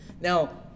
Now